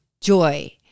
joy